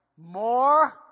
More